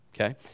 okay